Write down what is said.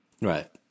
Right